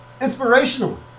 inspirational